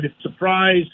surprise